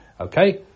Okay